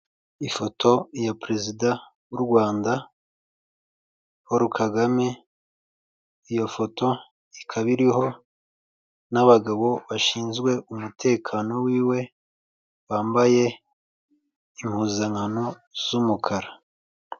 Ifoto ya perezida w'u Rwanda Paul Kagame iyo foto ikaba iriho n'abagabo bashinzwe umutekano wiwe bambaye impuzankano z'umukara.